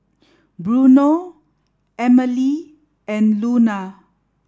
Bruno Emely and Luna